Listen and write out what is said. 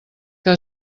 que